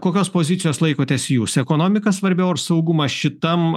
kokios pozicijos laikotės jūs ekonomika svarbiau ar saugumas šitam